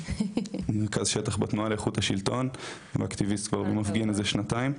אני רכז שטח בתנועה לאיכות השלטון ואקטיביסט שגם מפגין מזה שנתיים.